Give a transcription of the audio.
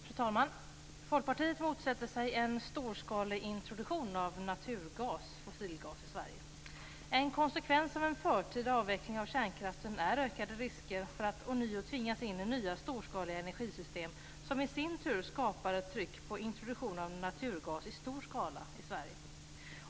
Fru talman! Folkpartiet motsätter sig en storskalig introduktion av naturgas, fossilgas, i Sverige. En konsekvens av en förtida avveckling av kärnkraften är ökade risker för att ånyo tvingas in i nya storskaliga energisystem som i sin tur skapar ett tryck på introduktion av naturgas i stor skala i Sverige.